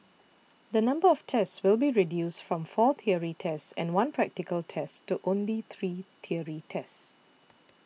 the number of tests will be reduced from four theory tests and one practical test to only three theory tests